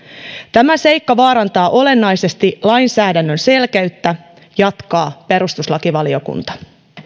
tämä seikka vaarantaa olennaisesti lainsäädännön selkeyttä jatkaa perustuslakivaliokunta